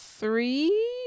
three